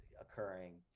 occurring